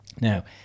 Now